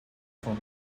from